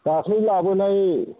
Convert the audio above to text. दाखालि लाबोनाय